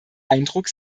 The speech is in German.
eindruck